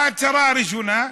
ההצהרה הראשונה: